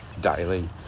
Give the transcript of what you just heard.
daily